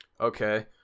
okay